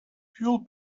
fuel